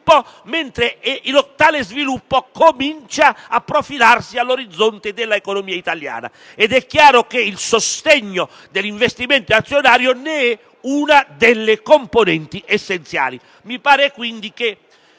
mentre tale sviluppo comincia a profilarsi all'orizzonte dell'economia italiana. Ed è chiaro che il sostegno dell'investimento azionario ne è una delle componenti essenziali. Mi pare quindi che